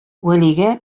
вәлигә